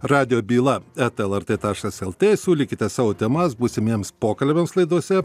radijo byla eta lrt taškas lt siūlykite savo temas būsimiems pokalbiams laidose